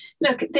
Look